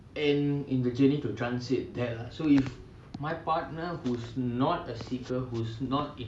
and in the journey to transit that lah so if my partner who's not a seeker who's not